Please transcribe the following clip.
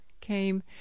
came